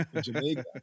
Jamaica